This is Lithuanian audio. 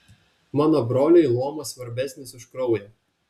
mano broliui luomas svarbesnis už kraują